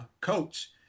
coach